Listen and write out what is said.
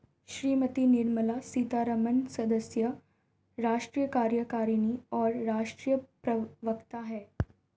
श्रीमती निर्मला सीतारमण सदस्य, राष्ट्रीय कार्यकारिणी और राष्ट्रीय प्रवक्ता हैं